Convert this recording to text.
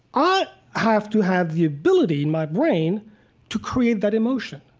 i have to have the ability in my brain to create that emotion.